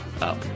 up